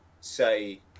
say